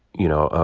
you know, ah